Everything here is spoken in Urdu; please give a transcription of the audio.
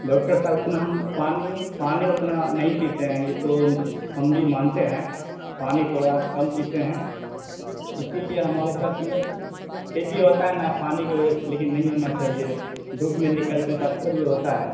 ڈاکٹر صاحب اتنا ہم پانی پانی اتنا نہیں پیتے ہیں یہ تو ہم بھی مانتے ہیں پانی تھوڑا کم پیتے ہیں اسی لیے ہمارے ساتھ میں پھر بھی ہوتا ہے نا پانی کی وجہ سے لیکن نہیں ہونا چاہیے دھوپ میں نکلتے ہیں تو اکثر یہ ہوتا ہے